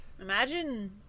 Imagine